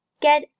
get